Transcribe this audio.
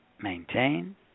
maintain